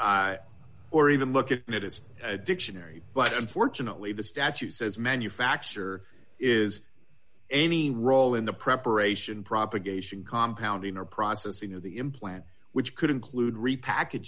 or even look at it it's a dictionary but unfortunately the statute says manufacture is any role in the preparation propagation compound in the processing of the implant which could include repackag